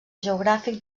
geogràfic